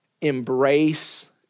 embrace